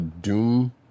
Doom